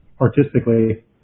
artistically